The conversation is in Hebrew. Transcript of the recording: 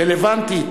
רלוונטית,